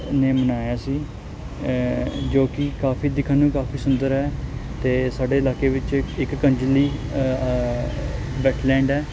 ਨੇ ਬਣਾਇਆ ਸੀ ਜੋ ਕਿ ਕਾਫ਼ੀ ਦਿਖਣ ਨੂੰ ਕਾਫ਼ੀ ਸੁੰਦਰ ਹੈ ਅਤੇ ਸਾਡੇ ਇਲਾਕੇ ਵਿੱਚ ਇ ਇੱਕ ਕਾਂਜਲੀ ਵੈਟਲੈਂਡ ਹੈ